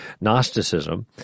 Gnosticism